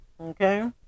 okay